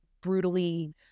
brutally